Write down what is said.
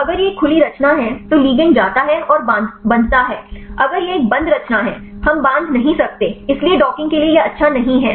तो अगर यह एक खुली रचना है तो लिगैंड जाता है और बँधता है अगर यह एक बंद रचना है हम बांध नहीं सकते इसलिए डॉकिंग के लिए यह अच्छा नहीं है